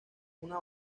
una